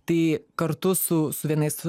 tai kartu su su vienais